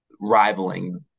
rivaling